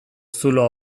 zulo